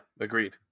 agreed